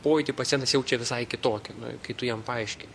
pojūtį pacientas jaučia visai kitokį nu kai tu jam paaiškini